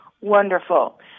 Wonderful